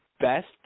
best